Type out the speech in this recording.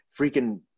freaking